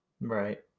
Right